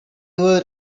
were